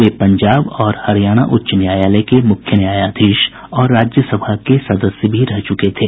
वे पंजाब और हरियाण उच्च न्यायालय के मुख्य न्यायाधीश और राज्यसभा के सदस्य भी रह चूके थे